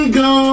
go